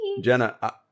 Jenna